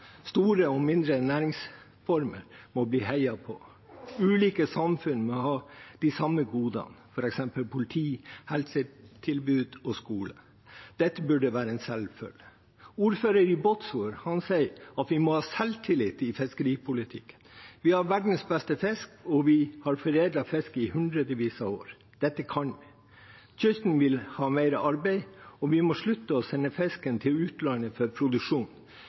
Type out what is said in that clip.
Store og mindre næringsformer må vi heie på. Ulike samfunn må ha de samme godene, f.eks. politi, helsetilbud og skole. Dette burde være en selvfølge. Ordføreren i Båtsfjord sier at vi må ha selvtillit i fiskeripolitikken. Vi har verdens beste fisk, og vi har foredlet fisk i hundrevis av år. Dette kan vi. Kysten vil ha mer arbeid, og vi må slutte å sende fisken til utlandet for produksjon.